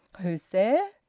who's there?